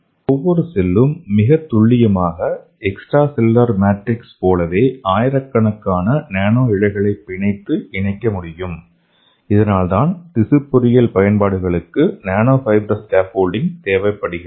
ஒவ்வொரு செல்லும் மிகத்துல்லியமாக எக்ஸ்ட்ரா செல்லுலர் மேட்ரிக்ஸ் போலவே ஆயிரக்கணக்கான நானோ இழைகளை பிணைத்து இணைக்க முடியும் இதனால்தான் திசு பொறியியல் பயன்பாடுகளுக்கு நானோ ஃபைப்ரஸ் ஸ்கேஃபோல்டிங் தேவைப்படுகிறது